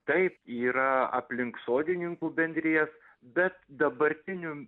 taip yra aplink sodininkų bendrijas bet dabartiniu